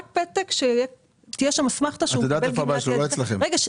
הוא רק צריך לצרף פתק שתהיה בו אסמכתא שהוא מקבל גמלת ילד נכה.